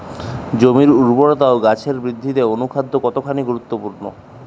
জমির উর্বরতা ও গাছের বৃদ্ধিতে অনুখাদ্য কতখানি গুরুত্বপূর্ণ?